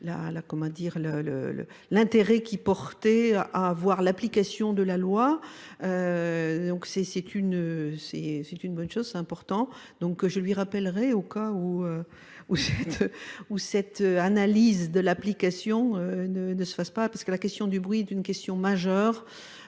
l'intérêt qui portait à avoir l'application de la loi. Donc c'est une bonne chose, c'est important. Donc je lui rappellerai au cas où cette analyse de l'application ne se fasse pas parce que la question du bruit est une question majeure.